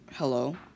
Hello